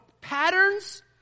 patterns